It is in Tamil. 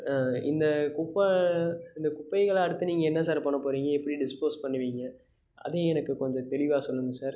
இந்தக் குப்பை இந்தக் குப்பைகளை அடுத்து நீங்கள் என்ன சார் பண்ணப் போகிறீங்க எப்படி டிஸ்போஸ் பண்ணுவீங்க அதையும் எனக்குக் கொஞ்சம் தெளிவாக சொல்லுங்கள் சார்